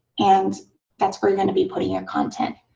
and that's where you're going to be putting your content.